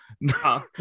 No